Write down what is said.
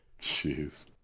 Jeez